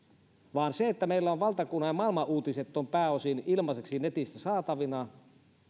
vaan se että meillä on valtakunnan ja maailman uutiset pääosin ilmaiseksi netistä saatavina